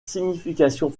significations